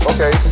Okay